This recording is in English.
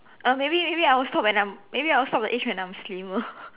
uh maybe maybe I will stop when I'm maybe I will stop the age when I'm slimmer